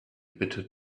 bitter